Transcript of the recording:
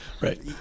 right